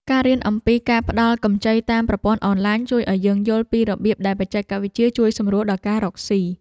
ការរៀនអំពីការផ្តល់កម្ចីតាមប្រព័ន្ធអនឡាញជួយឱ្យយើងយល់ពីរបៀបដែលបច្ចេកវិទ្យាជួយសម្រួលដល់ការរកស៊ី។